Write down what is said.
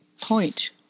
point